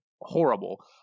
horrible